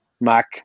Mac